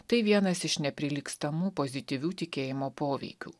tai vienas iš neprilygstamų pozityvių tikėjimo poveikių